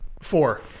Four